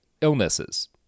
illnesses